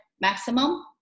maximum